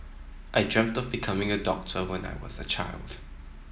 I dreamt of becoming a doctor when I was a child